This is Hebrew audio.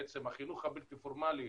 בעצם החינוך הבלתי פורמלי,